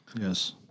Yes